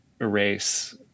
erase